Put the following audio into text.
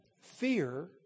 Fear